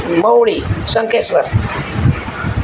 Mahudi Shankheshwar